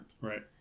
right